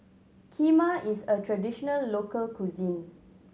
kheema is a traditional local cuisine